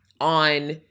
on